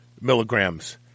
milligrams